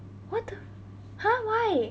what the !huh! why